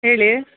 ಹೇಳಿ